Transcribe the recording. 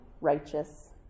righteous